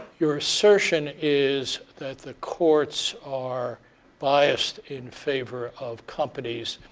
your assertion is that the courts are biased in favor of companies,